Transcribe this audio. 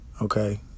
okay